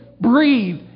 breathe